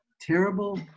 terrible